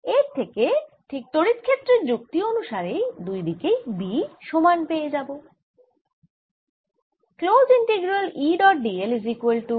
এর থেকে ঠিক তড়িৎ ক্ষেত্রের যুক্তি অনুসারেই দুই দিকেই B সমান পেয়ে যাবো